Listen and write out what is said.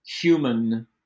human